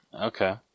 Okay